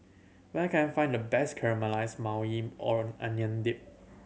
where can I find the best Caramelized Maui Ong Onion Dip